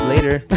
later